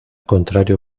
contrario